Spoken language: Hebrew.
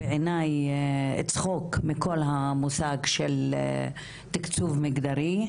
בעיניי צחוק מכל המושג של תקצוב מגדרי,